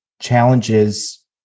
challenges